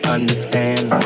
Understand